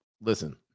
listen